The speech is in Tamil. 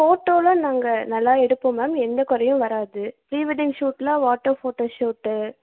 ஃபோட்டோவெலாம் நாங்கள் நல்லா எடுப்போம் மேம் எந்த குறையும் வராது ப்ரீ வெட்டிங் ஷூட்டெலாம் வாட்டர் ஃபோட்டோ ஷூட்டு